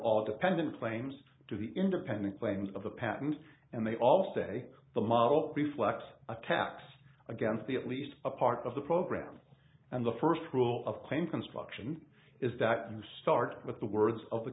all dependent claims to the independent claims of the patent and they all say the model reflex attacks against the at least a part of the program and the first rule of claim construction is that you start with the words of the